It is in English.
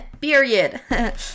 Period